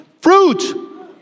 Fruit